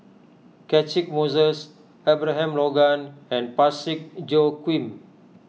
Catchick Moses Abraham Logan and Parsick Joaquim